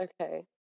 Okay